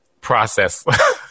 process